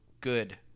good